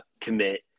commit